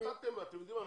אתם יודעים מה?